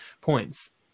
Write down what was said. points